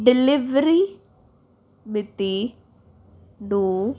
delivery ਮਿਤੀ ਨੂੰ